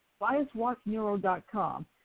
BiasWatchNeuro.com